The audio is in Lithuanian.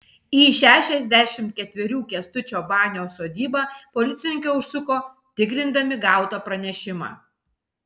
į šešiasdešimt ketverių kęstučio banio sodybą policininkai užsuko tikrindami gautą pranešimą